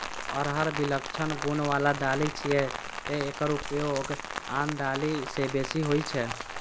अरहर विलक्षण गुण बला दालि छियै, तें एकर उपयोग आन दालि सं बेसी होइ छै